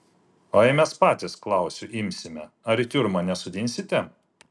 o jei mes patys klausiu imsime ar į tiurmą nesodinsite